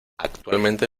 actualmente